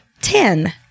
ten